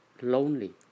lonely